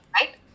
right